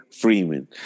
Freeman